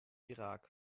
irak